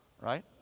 right